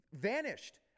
Vanished